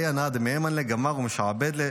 "דבההיא הנאה דמהימן ליה גמר ומשעבד ליה",